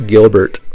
Gilbert